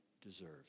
deserves